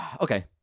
Okay